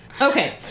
Okay